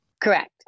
Correct